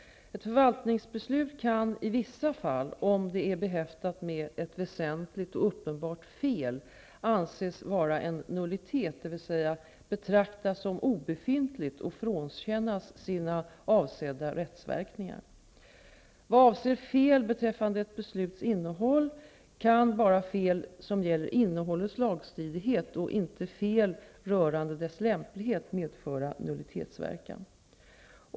Ett förvaltningsbeslut kan i vissa fall, om det är behäftat med ett väsentligt och uppenbart fel, anses vara en nullitet, dvs. betraktas som obefintligt och frånkännas sina avsedda rättsverkningar. Vad avser fel beträffande ett besluts innehåll kan bara fel som gäller innehållets lagstridighet och inte fel rörande dess lämplighet medföra nullitetsverkan.